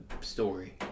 story